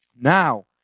Now